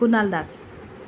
Kunal Das